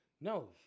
No